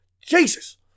Jesus